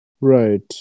Right